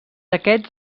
aquests